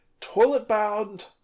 Toilet-Bound